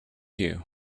you